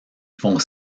font